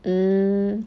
mm